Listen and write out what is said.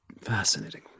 Fascinating